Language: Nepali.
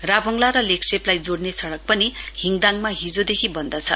राभङला र लेग्शेपलाई जोड़ने सडक पनि हिडदाङमा हिजोदेखि बन्द छ